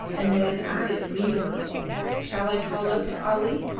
and then added meaningly shall i call out to ali?